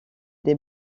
des